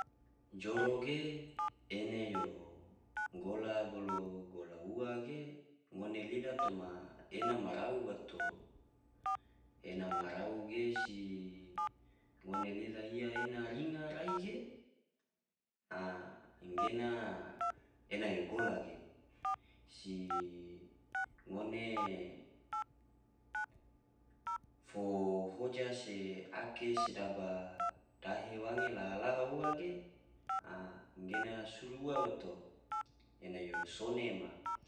Joro ge ene yo gola bolo gola ua ge ngone lila toma ena ma rau bato, ena ma rau ge si ngone lila iya ena ringa rai ge, a gena ena yo gola ge, si ngone fo hoja se ake sedaba dahe wange laha laha ua ge, a gena suru ua bato ena yo sone ma.